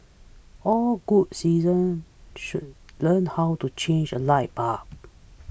all good citizens should learn how to change a light bulb